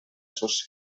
sos